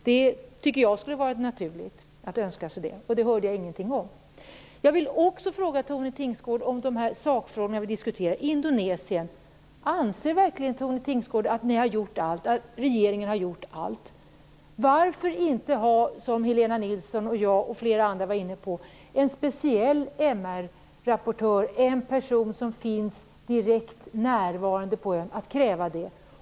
Det vore naturligt, tycker jag, att önska sig det. Men det hörde jag ingenting om. Jag vill också fråga Tone Tingsgård om några av de sakfrågor vi diskuterar. Det gäller Indonesien. Anser verkligen Tone Tingsgård att regeringen har gjort allt? Varför inte, som Helena Nilsson, jag och flera andra var inne på, ha en speciell MR-rapportör, en person som finns direkt närvarande på ön? Varför inte kräva det?